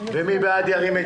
מי נמנע?